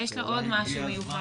ויש לה עוד משהו מיוחד.